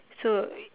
so we